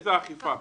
איזה אכיפה?